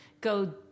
go